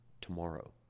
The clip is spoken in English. Tomorrow